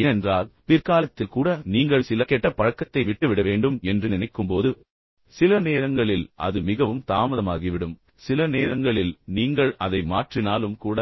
ஏனென்றால் நான் சொன்னது போல் பிற்காலத்தில் கூட நீங்கள் சில கெட்ட பழக்கத்தை விட்டு விட வேண்டும் என்று நினைக்கும் போது சில நேரங்களில் அது மிகவும் தாமதமாகிவிடும் சில நேரங்களில் நீங்கள் அதை மாற்றினாலும் கூட